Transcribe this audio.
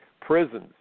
Prisons